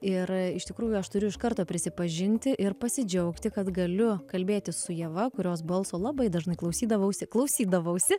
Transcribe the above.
ir iš tikrųjų aš turiu iš karto prisipažinti ir pasidžiaugti kad galiu kalbėti su ieva kurios balso labai dažnai klausydavausi klausydavausi